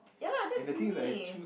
ya lah that's me